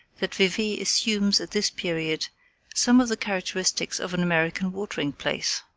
that vevey assumes at this period some of the characteristics of an american watering place.